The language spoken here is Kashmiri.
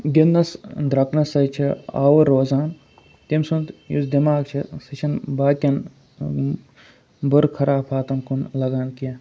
گِنٛدنَس درٛوٚکنَس سۭتۍ چھِ آوُر روزان تٔمۍ سُنٛد یُس دٮ۪ماغ چھِ سُہ چھِنہٕ باقٕیَن بُرٕ خُرافاتَن کُن لَگان کینٛہہ